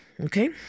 Okay